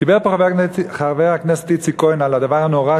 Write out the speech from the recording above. דיבר פה חבר הכנסת איציק כהן על הדבר הנורא,